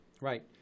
Right